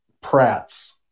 Pratt's